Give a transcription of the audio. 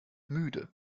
müde